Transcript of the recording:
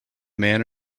man